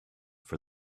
for